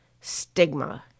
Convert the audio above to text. stigma